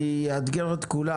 אני אאתגר את כולם.